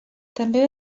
també